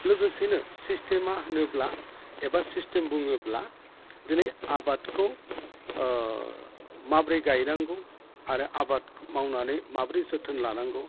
लोगोसेनो सिस्थेमा होनोब्ला एबा सिस्थेम बुङोब्ला दिनै आबादखौ माब्रै गायनांगौ आरो आबाद मावनानै माब्रै जोथोन लानांगौ